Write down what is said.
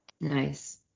Nice